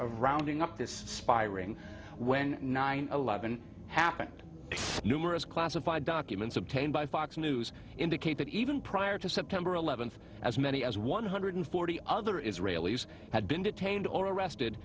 of rounding up this spy ring when nine eleven happened numerous classified documents obtained by fox news indicate that even prior to september eleventh as many as one hundred forty other israelis had been detained or arrested